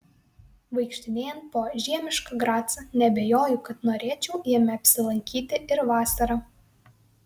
vaikštinėjant po žiemišką gracą neabejoju kad norėčiau jame apsilankyti ir vasarą